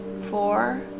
four